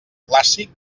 clàssic